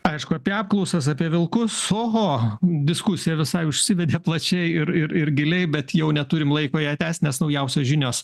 aišku apie apklausas apie vilkus oho diskusija visai užsivedė plačiai ir ir giliai bet jau neturim laiko ją tęst nes naujausios žinios